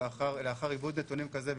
לאחר איגוד נתונים כזה,